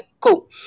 cool